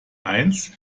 eins